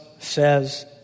Says